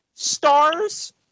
stars